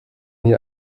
hier